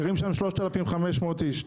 גרים שם 3,500 איש.